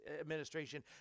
administration